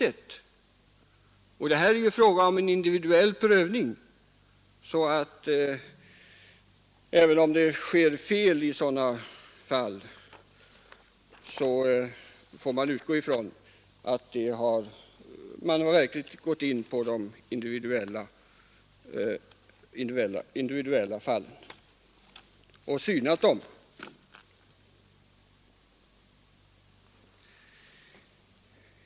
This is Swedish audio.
Det är ju dessutom frågan om en individuell prövning. Även om det kan förekomma felaktigheter i sådana sammanhang, får vi således utgå från att man har synat omständigheterna i de individuella fallen.